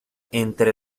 entre